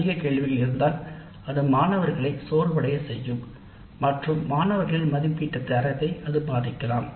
அதிக கேள்விகள் மாணவர்கள் சோர்வடைய நாம்